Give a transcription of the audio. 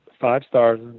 five-stars